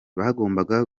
bagombaga